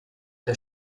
der